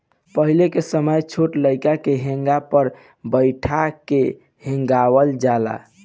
पहिले के समय छोट लइकन के हेंगा पर बइठा के हेंगावल जाला